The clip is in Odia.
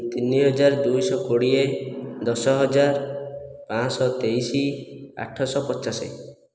ତିନି ହଜାର ଦୁଇଶହ କୋଡ଼ିଏ ଦଶ ହଜାର ପାଞ୍ଚ ଶହ ତେଇଶ ଆଠଶହ ପଚାଶ